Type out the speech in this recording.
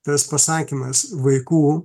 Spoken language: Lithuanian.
tas pasakymas vaikų